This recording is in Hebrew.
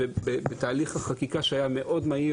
בתהליך החקיקה שהיה מהיר מאוד,